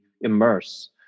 immerse